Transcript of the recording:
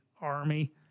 army